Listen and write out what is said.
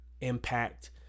impact